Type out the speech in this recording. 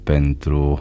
Pentru